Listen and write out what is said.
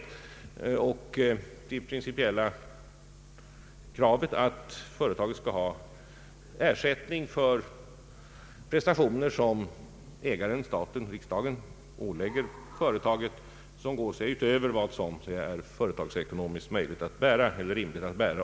Han betonade det principiella kravet att företaget skall ha ersättning för de prestationer som ägaren-staten-riksdagen ålägger företaget och som går utöver vad som företagsekonomiskt är rimligt att bära.